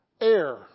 air